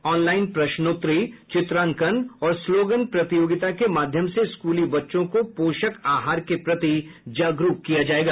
online प्रश्नोत्तरी चित्रांकन और स्लोगन प्रतियोगिता के माध्यम से स्कूली बच्चों को पोषक आहार के प्रति जागरूक किया जायेगा